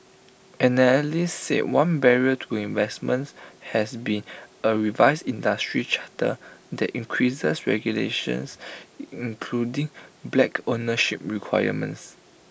analysts say one barrier to investments has been A revised industry charter that increases regulations including black ownership requirements